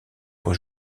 pour